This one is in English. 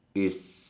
is